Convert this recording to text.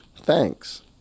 Thanks